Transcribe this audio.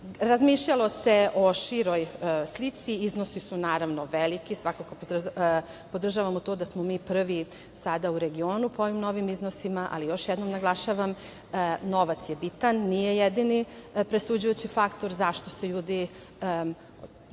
ne. Razmišljalo se o široj slici. Iznosi su, naravno, veliki. Svakako podržavamo to da smo mi prvi sada u regionu po ovim novim iznosima, ali još jednom naglašavam, novac je bitan. Nije jedini presuđujući faktor zašto se ljudi